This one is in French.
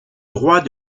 droit